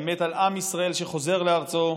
האמת על עם ישראל שחוזר לארצו,